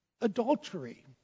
adultery